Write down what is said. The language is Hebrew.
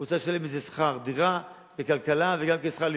הוא צריך לשלם מזה שכר דירה וכלכלה וגם כן שכר לימוד.